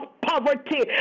poverty